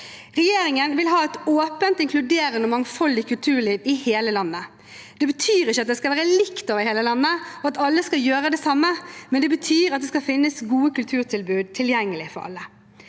Regjeringen vil ha et åpent, inkluderende og mangfoldig kulturliv i hele landet. Det betyr ikke at det skal være likt over hele landet, og at alle skal gjøre det samme, men det betyr at det skal finnes gode kulturtilbud tilgjengelig for alle.